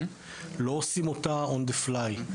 לא עושים אותה on the fly.